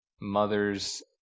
mothers